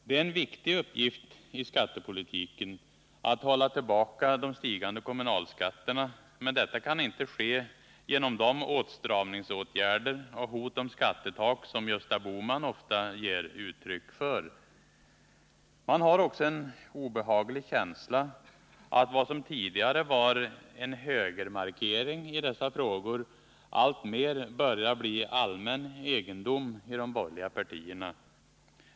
Det är en viktig uppgift i skattepolitiken att hålla tillbaka de stigande kommunalskatterna, men detta kan inte ske genom åtstramningsåtgärder och sådana hot om skattetak som Gösta Bohman ofta ger uttryck för. Man har också en obehaglig känsla av att vad som tidigare var en högermarkering i dessa frågor alltmer börjar bli allmän egendom i de borgerliga partierna.